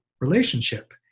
relationship